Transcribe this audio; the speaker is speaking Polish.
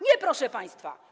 Nie, proszę państwa.